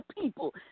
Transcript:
people